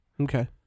Okay